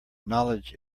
knowledge